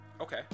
Okay